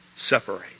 Separate